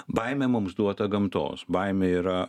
baimė mums duota gamtos baimė yra